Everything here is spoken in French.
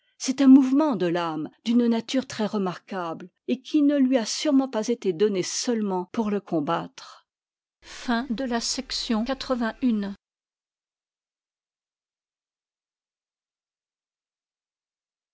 c'est un mouvement de l'âme d'une nature très remarquabte et qui ne lui a sûrement pas été donné seulement pour le combattre